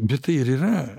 bet tai ir yra